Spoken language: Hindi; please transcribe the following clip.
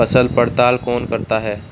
फसल पड़ताल कौन करता है?